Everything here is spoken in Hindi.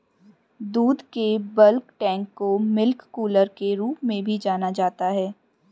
दूध के बल्क टैंक को मिल्क कूलर के रूप में भी जाना जाता है